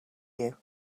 you